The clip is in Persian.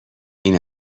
این